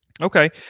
Okay